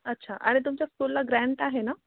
अच्छा आणि तुमच्या स्कुलला ग्रॅन्ट आहे ना